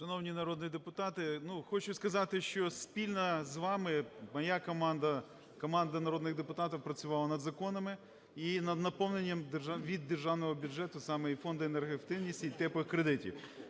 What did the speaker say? Шановні народні депутати, ну, хочу сказати, що спільно з вами моя команда, команда народних депутатів працювали над законами і над наповненням від державного бюджету саме і Фонду енергоефективності, і "теплих" кредитів.